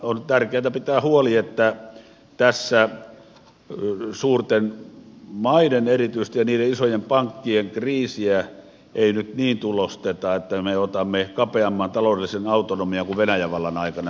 on tärkeätä pitää huoli että tässä erityisesti suurten maiden ja niiden isojen pankkien kriisiä ei nyt niin tulosteta että me otamme kapeamman taloudellisen autonomian kuin venäjän vallan aikana sivutuotteena